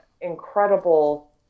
incredible